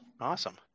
Awesome